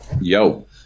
Yo